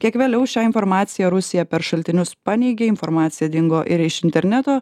kiek vėliau šią informaciją rusija per šaltinius paneigė informacija dingo ir iš interneto